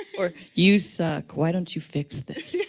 or, you suck. why don't you fix this? yeah